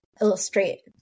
Illustrate